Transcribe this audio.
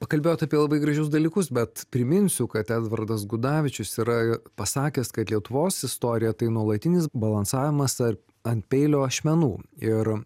pakalbėjot apie labai gražius dalykus bet priminsiu kad edvardas gudavičius yra pasakęs kad lietuvos istorija tai nuolatinis balansavimas ar ant peilio ašmenų ir